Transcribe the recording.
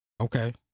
Okay